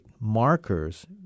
markers